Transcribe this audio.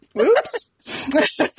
oops